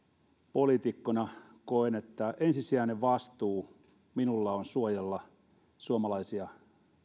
poliitikkona koen että ensisijainen vastuu minulla on suojella suomalaisia